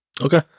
Okay